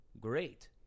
Great